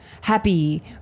happy